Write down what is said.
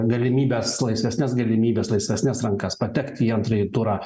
galimybes laisvesnes galimybes laisvesnes rankas patekti į antrąjį turą